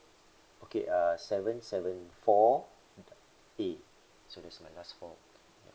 okay uh seven seven four uh A so that's my last four